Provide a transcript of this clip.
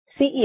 CEO